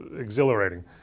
exhilarating